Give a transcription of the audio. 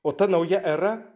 o ta nauja era